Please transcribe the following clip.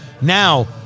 Now